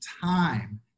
time